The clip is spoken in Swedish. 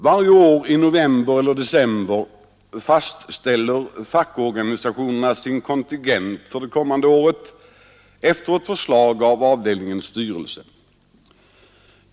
Varje år i november eller december fastställer fackorganisationerna sin kontingent för det kommande året efter ett förslag av avdelningens styrelse.